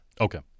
Okay